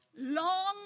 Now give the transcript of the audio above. Long